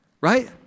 right